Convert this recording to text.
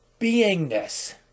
beingness